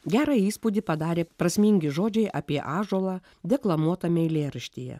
gerą įspūdį padarė prasmingi žodžiai apie ąžuolą deklamuotame eilėraštyje